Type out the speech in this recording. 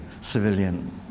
civilian